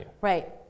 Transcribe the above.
Right